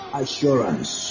assurance